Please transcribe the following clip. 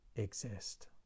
exist